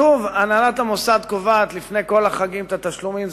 הנהלת המוסד קובעת לפני כל החגים את התשלומים.